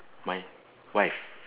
my wife